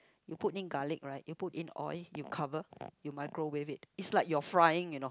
you put in garlic right you put in oil you cover you microwave it it's like you are frying you know